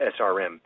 SRM